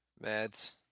Mads